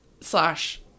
slash